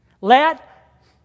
Let